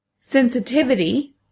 sensitivity